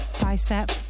Bicep